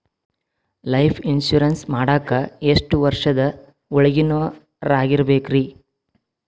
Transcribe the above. Life insurance ಮಾಡಾಕ ಎಷ್ಟು ವರ್ಷದ ಒಳಗಿನವರಾಗಿರಬೇಕ್ರಿ?